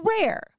rare